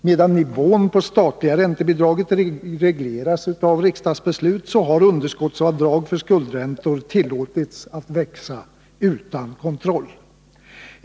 Medan nivån på det statliga räntebidraget regleras av riksdagsbeslut, så har underskottsavdrag för skuldräntor tillåtits att växa utan kontroll.